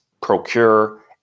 procure